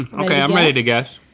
okay i'm ready to guess.